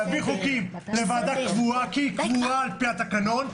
להעביר חוקים לוועדה קבועה כי היא קבועה על-פי התקנון.